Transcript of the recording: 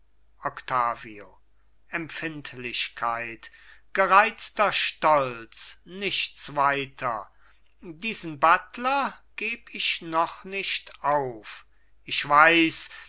empfindlichkeit gereizter stolz nichts weiter diesen buttler geb ich noch nicht auf ich weiß